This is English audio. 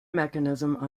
mechanism